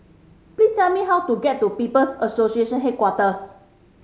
please tell me how to get to People's Association Headquarters